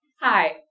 Hi